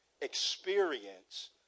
experience